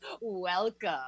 welcome